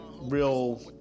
real